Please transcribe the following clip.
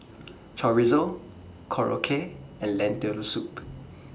Chorizo Korokke and Lentil Soup